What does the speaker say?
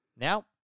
Now